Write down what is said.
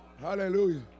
Hallelujah